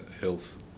Health